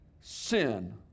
sin